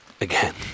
again